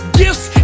gifts